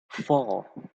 four